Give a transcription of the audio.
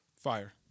Fire